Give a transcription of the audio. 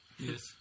yes